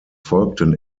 folgten